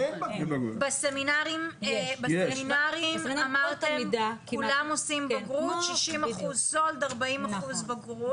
בסמינרים אמרתם כולם עושים בגרות 60% סולד 40% בגרות.